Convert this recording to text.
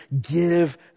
give